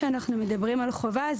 כשאנחנו מדברים על חובה,